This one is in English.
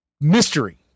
mystery